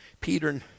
Peter